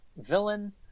villain